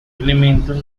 elementos